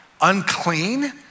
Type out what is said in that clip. unclean